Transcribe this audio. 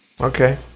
Okay